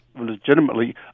legitimately